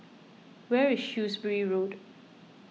where is Shrewsbury Road